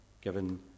given